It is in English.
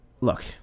Look